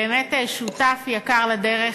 באמת שותף יקר לדרך,